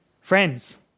Friends